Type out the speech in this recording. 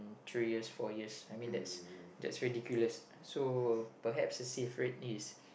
three years four years I mean that's that's ridiculous so perhaps is safer at least